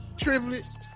triplets